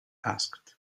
asked